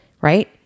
right